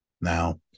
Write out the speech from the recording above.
Now